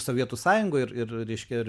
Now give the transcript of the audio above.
sovietų sąjungoj ir ir reiškia ir